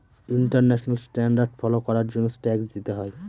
international standard follow করার জন্য tax দিতে হয়